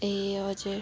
ए हजुर